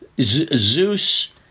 Zeus